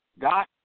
Got